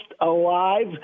alive